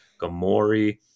Gamori